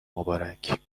مبارک